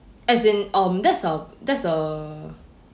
as in um that's a that's a